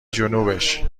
جنوبش